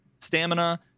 stamina